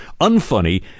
unfunny